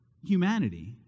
humanity